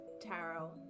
tarot